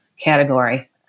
category